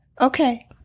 Okay